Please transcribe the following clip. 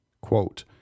Quote